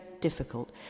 difficult